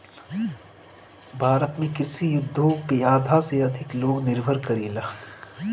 भारत में कृषि उद्योग पे आधा से अधिक लोग निर्भर करेला